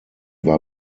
war